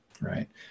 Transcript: Right